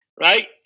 right